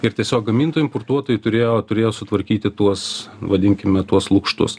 ir tiesiog gamintojai importuotojai turėjo turėjo sutvarkyti tuos vadinkime tuos lukštus